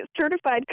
certified